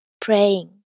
praying